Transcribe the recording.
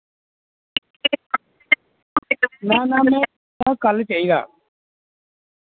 ना ना में में कल चाहिदा